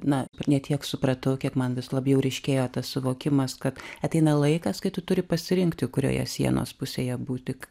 na ne tiek supratau kiek man vis labiau ryškėjo tas suvokimas kad ateina laikas kai tu turi pasirinkti kurioje sienos pusėje būti